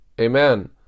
Amen